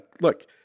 look